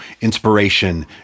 inspiration